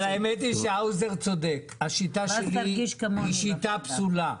האמת היא שהאוזר צודק, השיטה שלי היא שיטה פסולה,